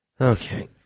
Okay